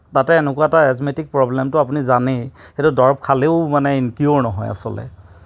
তাতে এনেকুৱা এটা এজমেটিক প্ৰব্লেমটো আপুনি জানেই সেইটো দৰৱ খালেও মানে ইন কিয়'ৰ নহয় আচলতে